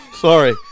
Sorry